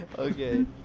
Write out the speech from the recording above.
okay